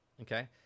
okay